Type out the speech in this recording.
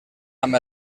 amb